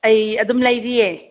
ꯑꯩ ꯑꯗꯨꯝ ꯂꯩꯔꯤꯌꯦ